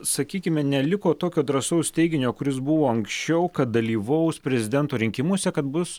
sakykime neliko tokio drąsaus teiginio kuris buvo anksčiau kad dalyvaus prezidento rinkimuose kad bus